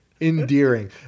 Endearing